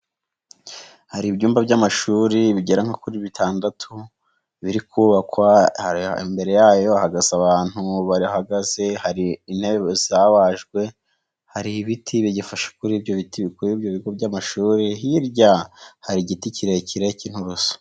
Hari ibyumba by'amashuri bigera kuri bitandatu biri kubakwa, imbere yayo hagasa abantu bahagaze, hari intebe zabajwe, hari ibiti bigifashe kuri ibyo bigo by'amashuri, hirya hari igiti kirekire cy'Inturusu.